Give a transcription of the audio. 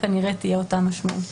כנראה תהיה אותה משמעות.